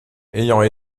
ayant